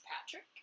Patrick